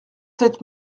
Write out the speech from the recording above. sept